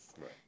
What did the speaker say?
Right